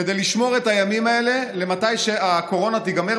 כדי לשמור את הימים האלה עד שהקורונה תיגמר,